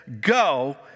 go